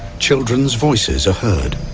children's voices are heard.